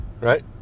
right